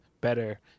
better